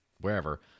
wherever